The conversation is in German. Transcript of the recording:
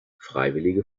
freiwillige